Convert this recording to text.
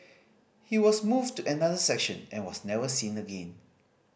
he was moved to another section and was never seen again